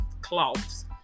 cloths